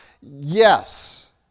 Yes